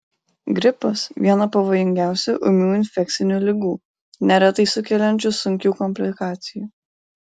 gripas viena pavojingiausių ūmių infekcinių ligų neretai sukeliančių sunkių komplikacijų